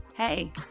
Hey